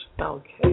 Okay